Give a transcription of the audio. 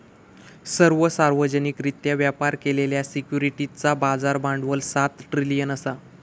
सर्व सार्वजनिकरित्या व्यापार केलेल्या सिक्युरिटीजचा बाजार भांडवल सात ट्रिलियन असा